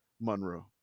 Monroe